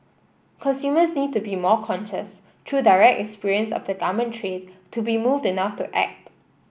consumers need to be more conscious through direct experience of the garment trade to be moved enough to act